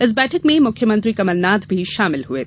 इस बैठक में मुख्यमंत्री कमलनाथ भी शामिल हुए थे